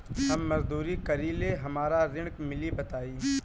हम मजदूरी करीले हमरा ऋण मिली बताई?